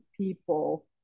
people